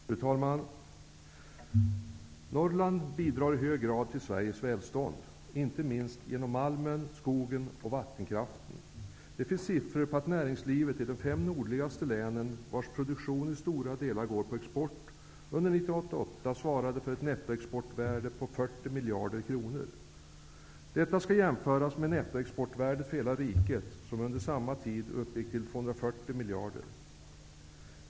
Fru talman! Norrland bidrar i hög grad till Sveriges välstånd, inte minst genom malmen, skogen och vattenkraften. Det finns siffror på att näringslivet i de fem nordligaste länen, vars produktion i stora delar går på export, under 1988 svarade för ett nettoexportvärde på 40 miljarder kronor. Detta skall jämföras med nettoexportvärdet för hela riket som under samma tid uppgick till 240 miljarder kronor.